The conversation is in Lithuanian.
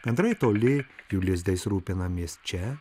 gandrai toli jų lizdais rūpinamės čia